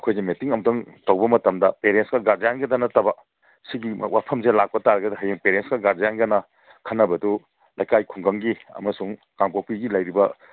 ꯑꯩꯈꯣꯏꯁꯦ ꯃꯦꯇꯤꯡ ꯑꯝꯇꯪ ꯇꯧꯕ ꯃꯇꯝꯗ ꯄꯦꯔꯦꯟꯁꯀ ꯒꯥꯔꯖꯤꯌꯥꯟꯒꯇ ꯅꯠꯇꯕ ꯁꯤꯒꯤ ꯋꯥꯐꯝꯁꯦ ꯂꯥꯛꯄ ꯇꯥꯔꯒꯗꯤ ꯍꯌꯦꯡ ꯄꯦꯔꯦꯟꯁꯀ ꯒꯥꯔꯖꯤꯌꯥꯟꯒꯅ ꯈꯟꯅꯕꯗꯨ ꯂꯩꯀꯥꯏ ꯈꯨꯡꯒꯪꯒꯤ ꯑꯃꯁꯨꯡ ꯀꯥꯡꯄꯣꯛꯄꯤꯒꯤ ꯂꯩꯔꯤꯕ